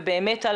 באמת על